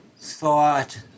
thought